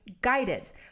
guidance